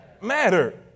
matter